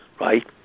right